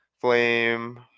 Flame